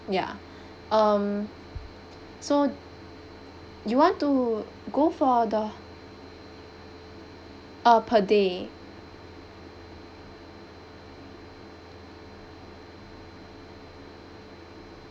ya um so you want to go for the err per day